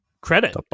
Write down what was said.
credit